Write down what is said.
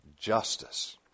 justice